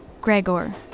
Gregor